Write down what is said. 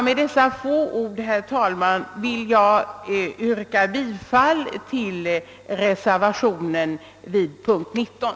Med dessa få ord vill jag, herr talman, yrka bifall till reservationen vid punkt 19.